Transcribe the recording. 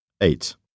Eight